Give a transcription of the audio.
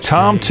Tom